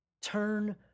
Turn